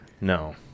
No